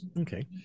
Okay